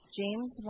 James